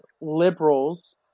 liberals